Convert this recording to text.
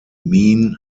mean